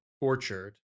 orchard